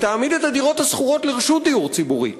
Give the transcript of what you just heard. ותעמיד את הדירות השכורות לרשות הדיור הציבורי,